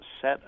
set